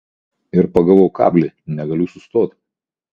pradėjau žaist ir pagavau kablį negaliu sustot